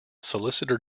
solicitor